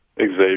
Xavier